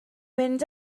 mynd